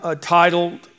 titled